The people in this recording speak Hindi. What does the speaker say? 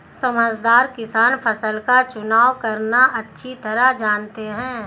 समझदार किसान फसल का चुनाव करना अच्छी तरह जानते हैं